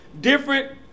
different